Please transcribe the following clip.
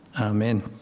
Amen